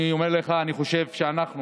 אני אומר לך, אני חושב שאנחנו